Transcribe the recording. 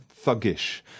thuggish